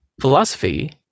philosophy